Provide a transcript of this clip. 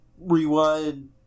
rewind